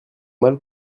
mal